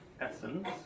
essence